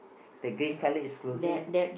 the green colour is closing